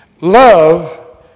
Love